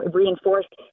reinforced